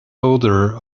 odor